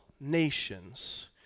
nations